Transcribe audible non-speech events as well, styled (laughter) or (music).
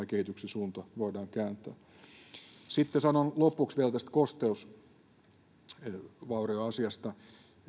(unintelligible) kehityksen suunta voidaan kääntää sitten sanon lopuksi vielä tästä kosteusvaurioasiasta